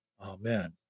Amen